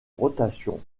rotation